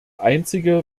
einzige